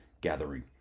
Gathering